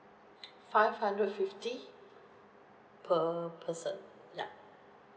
five hundred fifty per person ya